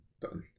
done